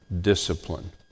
discipline